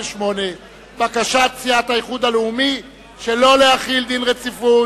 מאחר שהתנגדות האיחוד הלאומי לא נתקבלה.